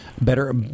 better